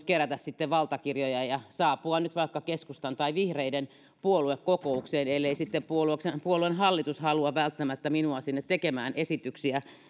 kerätä sitten valtakirjoja ja saapua vaikka keskustan tai vihreiden puoluekokouksen ellei sitten puolueen hallitus halua välttämättä minua sinne tekemään esityksiä